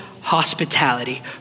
hospitality